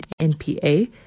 NPA